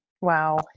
Wow